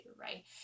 right